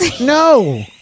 No